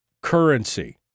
currency